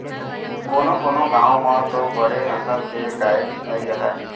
कोनों कोनों गॉँव म तो बड़े नसल के गायेच नइ रहय